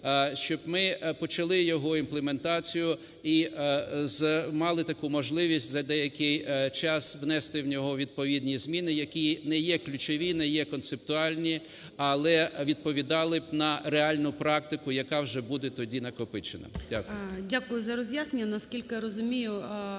щоб ми почали його імплементацію і мали таку можливість за деякий час внести в нього відповідні зміни, які не є ключові, не є концептуальні, але відповідали б на реальну практику, яка вже буде тоді накопичена. Дякую.